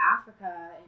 Africa